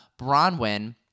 Bronwyn